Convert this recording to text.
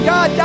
God